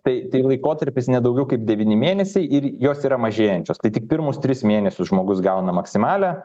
tai tai laikotarpis ne daugiau kaip devyni mėnesiai ir jos yra mažėjančios tai tik pirmus tris mėnesius žmogus gauna maksimalią